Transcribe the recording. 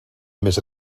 més